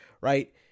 Right